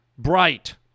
Bright